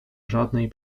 żadnej